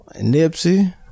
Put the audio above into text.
Nipsey